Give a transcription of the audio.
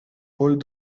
pulled